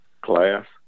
class